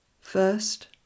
First